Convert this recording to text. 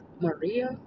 Maria